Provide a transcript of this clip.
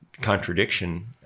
contradiction